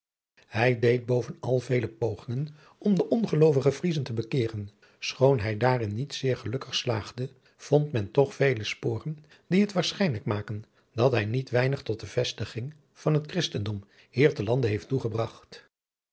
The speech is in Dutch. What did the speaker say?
hij deed bovenal vele pogingen om de ongeloovige vriezen te bekeeren schoon hij daarin niet zeer gelukkig slaagde vond men toch vele sporen die het waarschijnlijk maken dat hij niet weinig tot de vestiging van het christendom hier te lande heeft toegebragt